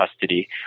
custody